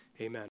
Amen